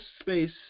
space